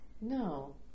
No